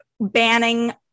banning